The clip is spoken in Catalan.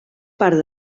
part